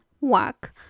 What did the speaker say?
work